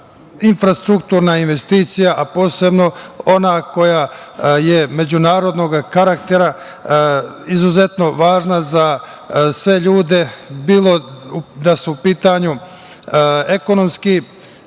infrastrukturna investicija, a posebno ona koja je međunarodnog karaktera izuzetno važna za sve ljude, bilo da su u pitanju ekonomski